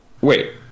Wait